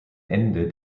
ende